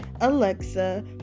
Alexa